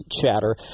chatter